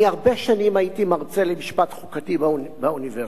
הרבה שנים הייתי מרצה למשפט חוקתי באוניברסיטה